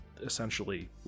essentially